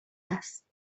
است